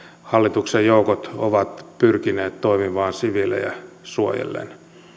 hallituksen joukot ovat pyrkineet toimimaan siviilejä suojellen